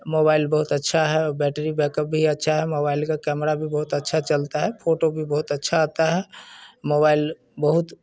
mobile बहुत अच्छा है बैटरी बेकअप भी अच्छा है मोबाइल का कैमरा भी बहुत अच्छा चलता है फोटो भी बहुत अच्छा आता है मोबाइल बहुत